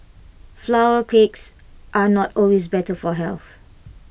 flour cakes are not always better for health